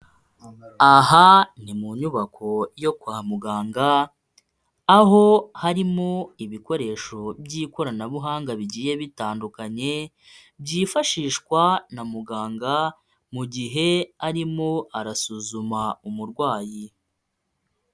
Aha ni mu nyubako yo kwa muganga, aho harimo ibikoresho by'ikoranabuhanga bigiye bitandukanye, byifashishwa na muganga mu gihe arimo arasuzuma umurwayi.